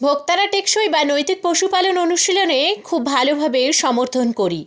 ভোক্তারা টেকসই বা নৈতিক পশুপালন অনুশীলনে খুব ভালোভাবে সমর্থন করি